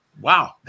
wow